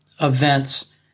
events